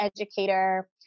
educator